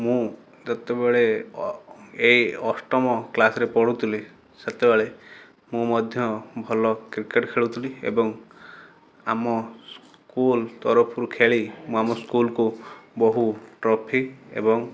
ମୁଁ ଯେତେବେଳେ ଏଇ ଅଷ୍ଟମ କ୍ଲାସ୍ରେ ପଢ଼ୁଥିଲି ସେତେବେଳେ ମୁଁ ମଧ୍ୟ ଭଲ କ୍ରିକେଟ ଖେଳୁଥିଲି ଏବଂ ଆମ ସ୍କୁଲ ତରଫରୁ ଖେଳି ମୁଁ ଆମ ସ୍କୁଲକୁ ବହୁ ଟ୍ରଫି ଏବଂ